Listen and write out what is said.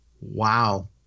Wow